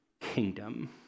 kingdom